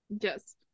yes